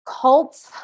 cults